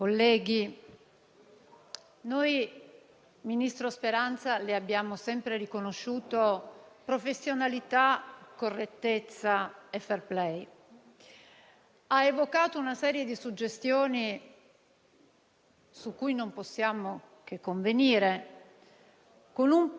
Mi creda, signor Ministro, lei ha di fronte delle persone collaborative, lo abbiamo dimostrato anche se - lo ripeto ancora una volta - risultano quasi urticanti queste continue evocazioni di collaborazione e richiesta di solidarietà da parte di un Governo che, a parte qualche piacevolissimo caffè a Palazzo Chigi, non